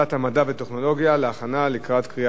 והטכנולוגיה להכנה לקראת קריאה שנייה ושלישית.